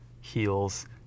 heals